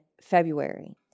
February